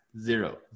Zero